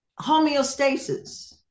homeostasis